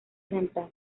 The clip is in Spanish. central